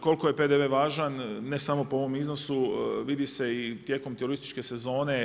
Koliko je PDV važan ne samo po ovom iznosu vidi se i tijekom turističke sezone.